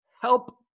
help